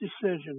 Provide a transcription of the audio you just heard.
decision